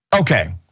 Okay